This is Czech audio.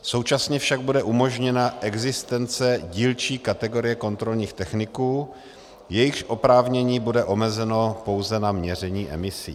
Současně však bude umožněna existence dílčí kategorie kontrolních techniků, jejichž oprávnění bude omezeno pouze na měření emisí.